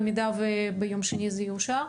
במידה וביום שני זה יאושר?